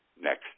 next